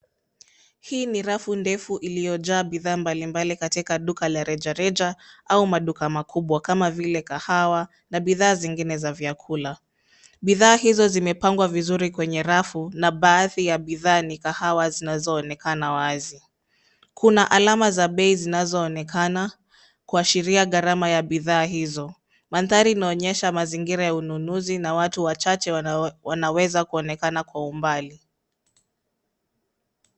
Hii ni rafu ndefu iliyojaa bidhaa mbali mbali katika duka la reja reja au maduka makubwa kama vile kahawa na bidhaa zingine za vyakula. Bidhaa hizo zimepangwa vizuri kwenye rafu na baadhi ya bidhaa ni kahawa zinazoonekana wazi. Kuna alama za bei zinazoonekana kuashiria gharama ya bidhaa hizo. Mandhari inaonyesha mazingira ya ununuzi na watu wachache wanaweza kuonekana kwa umbali.